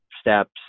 steps